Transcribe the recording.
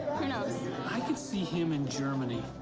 i could see him in germany.